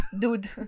Dude